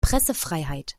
pressefreiheit